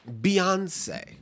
Beyonce